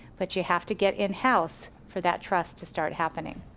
but you have to get in-house for that trust to start happening.